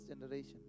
generation